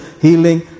Healing